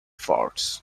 forts